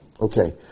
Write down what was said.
okay